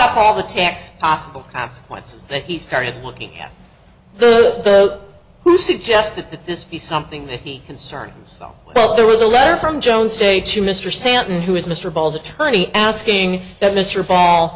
up all the tax possible consequences that he started looking at the who suggested that this be something that he concern so well there was a letter from jones day to mr santon who is mr bowles attorney asking that mr ball